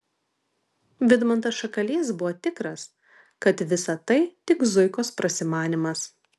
vidmantas šakalys buvo tikras kad visa tai tik zuikos prasimanymas